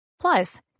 plus